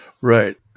Right